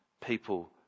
people